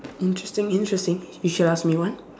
interesting interesting you should ask me one